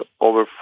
over